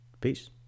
Peace